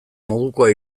modukoa